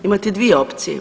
Imate dvije opcije.